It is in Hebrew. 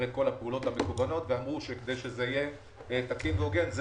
את כל הפעולות המקוונות ואמרו שכדי שזה יהיה תקין והוגן,